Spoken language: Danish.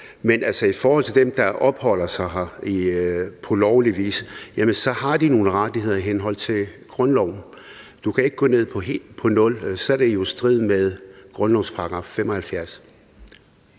Men altså, dem, der opholder sig her på lovlig vis, har nogle rettigheder i henhold til grundloven. Du kan ikke gå ned på nul, for så er det i strid med grundlovens § 75.